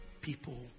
people